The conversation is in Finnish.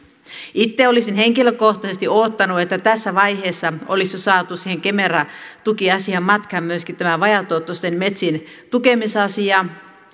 itse olisin henkilökohtaisesti odottanut että tässä vaiheessa olisi jo saatu kemera tukiasiaan matkaan myöskin vajaatuottoisten metsien tukemisasia